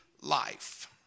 life